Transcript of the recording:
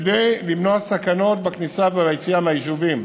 כדי למנוע סכנות בכניסה וביציאה מהיישובים